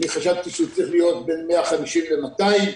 אני חשבתי שהוא צריך להיות בן 150 ל-200 עובדים,